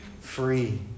free